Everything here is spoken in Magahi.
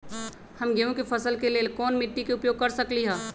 हम गेंहू के फसल के लेल कोन मिट्टी के उपयोग कर सकली ह?